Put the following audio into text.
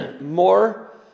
more